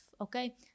Okay